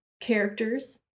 characters